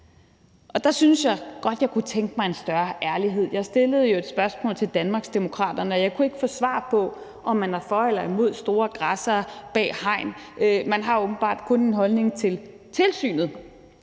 Der synes jeg godt, jeg kunne tænke mig en større ærlighed. Jeg stillede jo et spørgsmål til Danmarksdemokraterne, og jeg kunne ikke få svar på, om man var for eller imod store græssere bag hegn. Man har åbenbart kun en holdning til tilsynet,